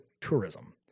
tourism